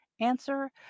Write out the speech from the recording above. answer